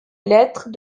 lettres